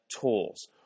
tools